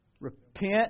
Repent